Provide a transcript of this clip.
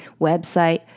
website